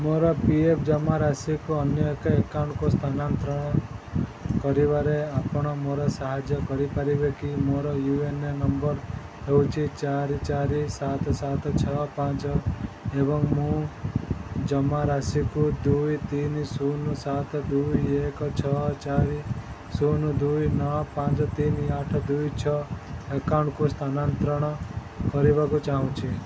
ମୋର P F ଜମା ରାଶିକୁ ଅନ୍ୟ ଏକ ଆକାଉଣ୍ଟକୁ ସ୍ଥାନାନ୍ତର କରିବାରେ ଆପଣ ମୋତେ ସାହାଯ୍ୟ କରିପାରିବେ କି ମୋର ୟୁ ଏ ଏନ୍ ହେଉଛି ଚାରି ଚାରି ସାତ ସାତ ଛଅ ପାଞ୍ଚ ଏବଂ ମୁଁ ଜମା ରାଶିକୁ ଦୁଇ ତିନି ଶୂନ ସାତ ଦୁଇ ଏକ ଛଅ ଚାରି ଶୂନ ଦୁଇ ନଅ ପାଞ୍ଚ ତିନି ଆଠ ଦୁଇ ଛଅ ଆକାଉଣ୍ଟକୁ ସ୍ଥାନାନ୍ତର କରିବାକୁ ଚାହୁଁଛି